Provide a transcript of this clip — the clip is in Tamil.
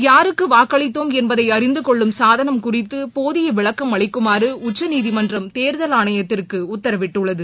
யாருக்கு வாக்களித்தோம் என்பதை அறிந்து கொள்ளும் சாதனம் குறித்து போதிய விளக்கம் அளிக்குமாறு உச்சநீதிமன்றம் தேர்தல் ஆணையத்திற்கு உத்தரவிட்டுள்ளது